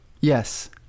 Yes